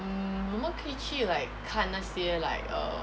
mm 我们可以去 like 看那些 like err